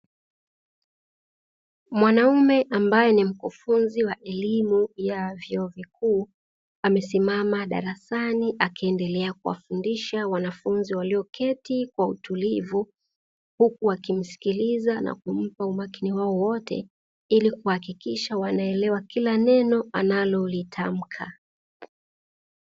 Mwanaume ambaye ni mkufunzi wa elimu ya vyuo vikuu amesimama darasani akiendelea kuwafundisha wanafunzi walioketi kwa utulivu, huku wakimsikiliza na kumpa umakini wao wote ili kuhakikisha wanaelewa kila neno analolitamka.